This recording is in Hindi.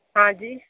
हाँ जी